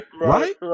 right